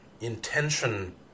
Intention